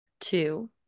two